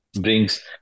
brings